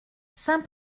saint